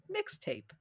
mixtape